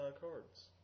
cards